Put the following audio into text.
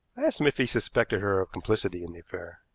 i asked him if he suspected her of complicity in the affair.